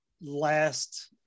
last